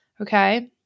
Okay